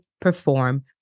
perform